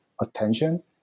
attention